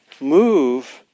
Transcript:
move